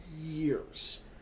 years